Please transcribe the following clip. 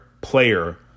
player